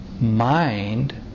mind